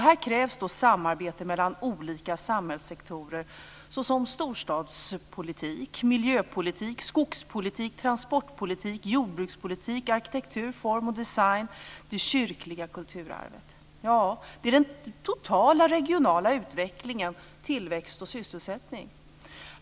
Här krävs då samarbete mellan olika samhällssektorer, såsom storstadspolitik, miljöpolitik, skogspolitik, transportpolitik, jordbrukspolitik, arkitektur, form och design samt det kyrkliga kulturarvet. Ja, det är den totala regionala utvecklingen, tillväxt och sysselsättning.